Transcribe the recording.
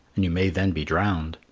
and you may then be drowned.